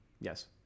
Yes